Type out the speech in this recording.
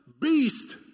beast